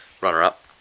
Runner-up